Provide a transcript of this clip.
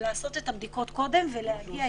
לעשות את הבדיקות קודם ולהגיע איתן --- כמו